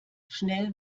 schnell